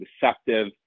deceptive